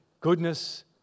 goodness